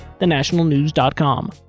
thenationalnews.com